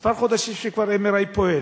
כבר כמה חודשים שה-MRI פועל.